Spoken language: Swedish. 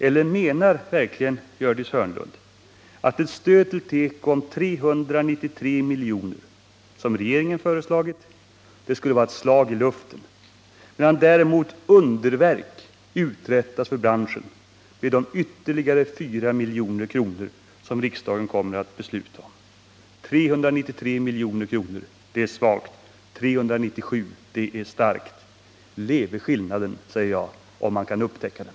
Eller menar verkligen Gördis Hörnlund att ett stöd till tekoindustrin med 390,5 milj.kr., som regeringen föreslagit, skulle vara ett slag i luften, medan däremot underverk uträttas för branschen med de ytterligare 4 milj.kr. som riksdagen kommer att besluta om? 390,5 milj.kr. — det är svagt. 394,5 milj.kr. — det är starkt. Leve skillnaden, säger jag, om man kan upptäcka den!